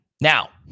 Now